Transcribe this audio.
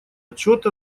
отчет